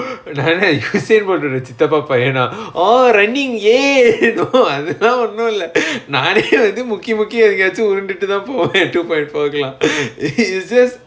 orh நா என்ன:naa enna usain bolt டோட சித்தப்பா பையனா:toda sithappa paiyanaa ah running ya no அதுலா ஒண்ணுல்ல நானே வந்து முக்கி முக்கி எங்கயாச்சும் உருண்டுடுதான் போவ சும்மா இரு பாக்கல:athula onnula naanae vanthu mukki mukki engayachum urundututhaan pova summa iru paakala it's just